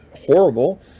horrible